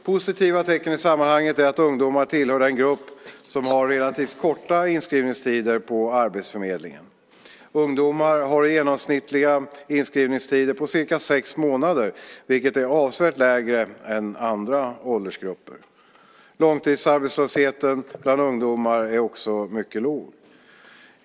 Positiva tecken i sammanhanget är att ungdomar tillhör den grupp som har relativt korta inskrivningstider på arbetsförmedlingen. Ungdomar har genomsnittliga inskrivningstider på cirka sex månader, vilket är avsevärt lägre än andra åldersgrupper. Långtidsarbetslösheten bland ungdomar är också mycket låg.